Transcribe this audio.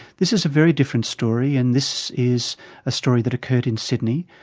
this is a very different story and this is a story that occurred in sydney.